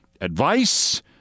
Advice